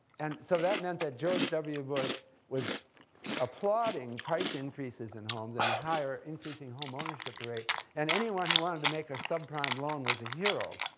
and so that meant that george w. bush was applauding price increases in homes and the higher increasing home ownership rate and anyone who wanted to make a subprime loan was a hero.